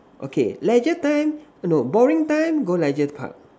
okay Leisure bank no boring time go Leisure Park